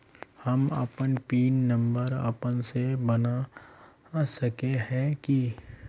हम अपन PIN number अपने से बना सके है की?